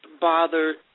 bother